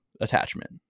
attachment